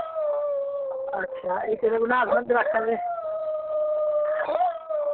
अच्छा इक रघुनाथ मंदर आखा दे